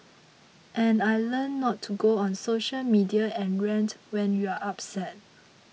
and I learnt not to go on social media and rant when you're upset